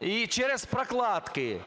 і через "прокладки"?